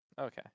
okay